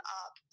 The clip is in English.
up